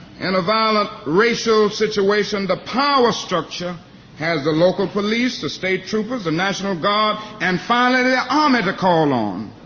in a violent racial situation, the power structure has the local police, the state troopers, the national guard, and finally, the army to call on,